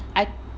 I